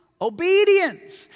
Obedience